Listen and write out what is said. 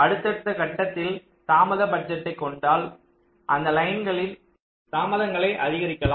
அடுத்தடுத்த கட்டத்தில் தாமத பட்ஜெட்டைக் கொண்டால் அந்த லைன்களின் தாமதங்களை அதிகரிக்கலாம்